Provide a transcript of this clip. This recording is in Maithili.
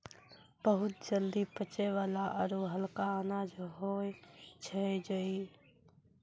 बहुत जल्दी पचै वाला आरो हल्का अनाज होय छै जई